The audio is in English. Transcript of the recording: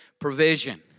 provision